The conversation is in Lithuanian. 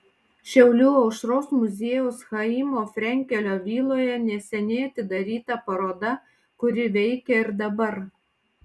šiaulių aušros muziejaus chaimo frenkelio viloje neseniai atidaryta paroda kuri veikia ir dabar